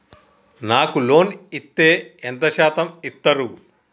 నాకు లోన్ ఇత్తే ఎంత శాతం ఇత్తరు?